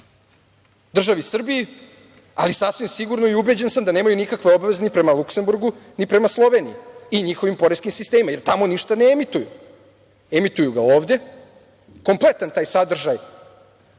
državi Srbiji, ali sasvim sigurno i ubeđen sam da nemaju ni nikakve obaveze ni prema Luksemburgu ni prema Sloveniji i njihovim poreskim sistemima, jer tamo ništa neemituju. Emituju ga ovde. Kompletan taj sadržaj,